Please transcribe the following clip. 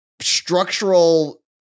structural